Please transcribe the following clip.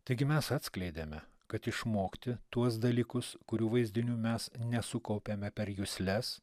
taigi mes atskleidėme kad išmokti tuos dalykus kurių vaizdinių mes nesukaupiame per jusles